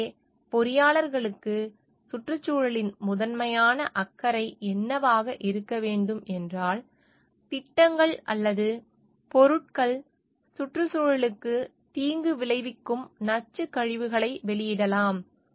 எனவே பொறியாளர்களுக்கு சுற்றுச்சூழலின் முதன்மையான அக்கறை என்னவாக இருக்க வேண்டும் என்றால் திட்டங்கள் அல்லது பொருட்கள் சுற்றுச்சூழலுக்கு தீங்கு விளைவிக்கும் நச்சுக் கழிவுகளை வெளியிடலாம்